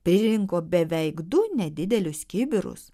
pririnko beveik du nedidelius kibirus